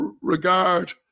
regard